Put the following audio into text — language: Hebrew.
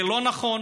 זה לא נכון.